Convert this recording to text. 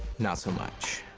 not so much.